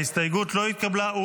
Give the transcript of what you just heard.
ההסתייגות לא התקבלה.